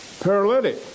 paralytic